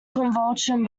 convolution